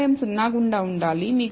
అంతరాయం 0 గుండా ఉండాలి